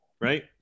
right